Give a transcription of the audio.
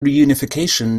reunification